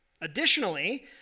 Additionally